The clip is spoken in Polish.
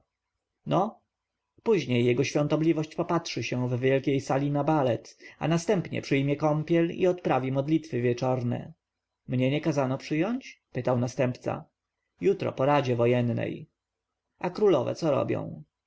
no później jego świątobliwość popatrzy się w wielkiej sali na balet a następnie przyjmie kąpiel i odprawi modlitwy wieczorne mnie nie kazano przyjąć pytał następca jutro po radzie wojennej a królowe co robią